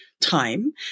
time